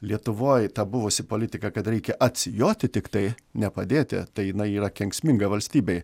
lietuvoj ta buvusi politika kad reikia atsijoti tiktai nepadėti tai jinai yra kenksminga valstybei